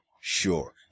Sure